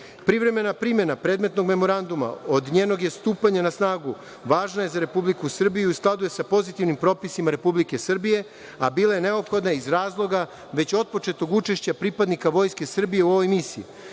Republici. Privremena primena predmetnog memoranduma od njenog je stupanja na snagu važna je za Republiku Srbiju i u skladu je sa pozitivnim propisima Republike Srbije, a bila je neophodna iz razloga već otpočetog učešća pripadnika Vojske Srbije u ovoj misiji,